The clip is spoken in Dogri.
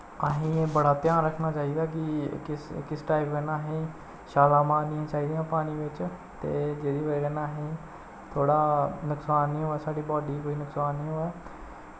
असेंगी एह् बड़ा ध्यान रक्खना चाहिदा कि किस किस टाइप कन्नै असें छालां मारनियां चाहिदियां पानी बिच्च ते जेह्दी बजह् कन्नै असेंगी थोह्ड़ा नकसान नी होऐ साढ़ी बाडी गी कोई नकसान नी होऐ